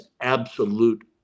absolute